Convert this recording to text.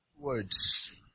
words